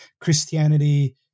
Christianity